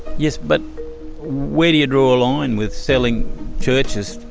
yes, but where do you draw a line with selling churches,